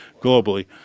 globally